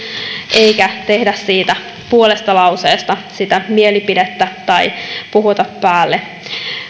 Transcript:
eikä tehdä siitä puolesta lauseesta sitä mielipidettä tai puhuta päälle